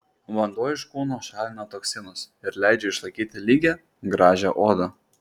vanduo iš kūno šalina toksinus ir leidžia išlaikyti lygią gražią odą